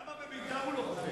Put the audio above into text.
למה בביתר הוא לא חותם?